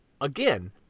again